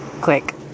Click